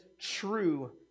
true